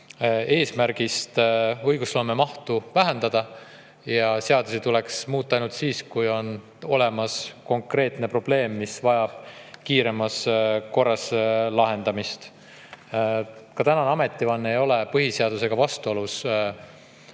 eesmärgist õigusloome mahtu vähendada ja seadusi tuleks muuta ainult siis, kui on olemas konkreetne probleem, mis vajab kiiremas korras lahendamist. Ka tänane ametivanne ei ole põhiseadusega vastuolus,